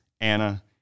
Anna